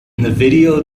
video